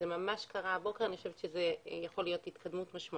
זה ממש קרה הבוקר ואני חושבת שזאת יכולה להיות התקדמות משמעותית.